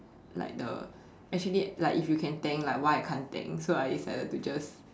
like the actually like if you can tank like why I can't tank so I decided to just